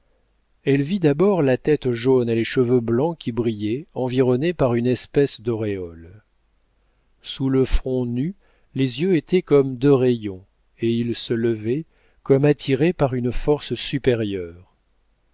elle vit d'abord la tête jaune et les cheveux blancs qui brillaient environnés par une espèce d'auréole sous le front nu les yeux étaient comme deux rayons et il se levait comme attiré par une force supérieure